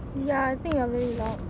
ya I think you're very loud